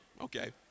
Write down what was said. Okay